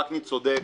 וקנין צודק,